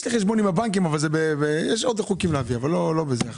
יש לי חשבון עם הבנקים אבל יש עוד חוקים להעביר ולא כאן.